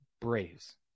Braves